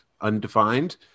undefined